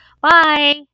Bye